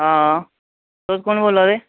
आं तुस कु'न बोल्ला दे ओ